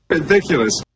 Ridiculous